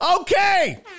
Okay